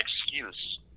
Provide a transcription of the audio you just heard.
excuse